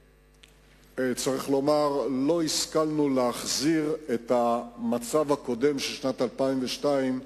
צריך לומר שאנחנו לא השכלנו להחזיר את המצב הקודם של שנת 2002,